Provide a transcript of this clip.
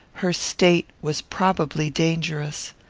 her state was probably dangerous.